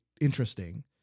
interesting